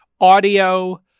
audio